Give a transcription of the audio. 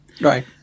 Right